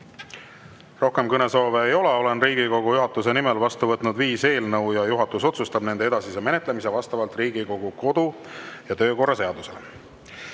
Rohkem kõnesoove ei ole. Olen Riigikogu juhatuse nimel vastu võtnud viis eelnõu ja juhatus otsustab nende edasise menetlemise vastavalt Riigikogu kodu‑ ja töökorra seadusele.